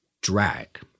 drag